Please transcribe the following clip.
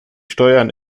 steuern